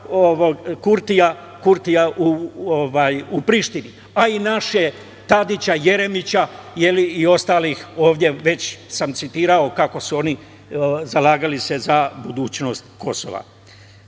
Kurtija u Prištini, i naše Tadića, Jeremića, i ostalih sam već citirao kako su se oni zalagali za budućnost Kosova. Dok